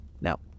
now